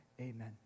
Amen